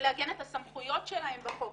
לעגן את הסמכויות שלהן בחוק,